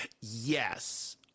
Yes